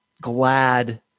glad